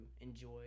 enjoy